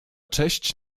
cześć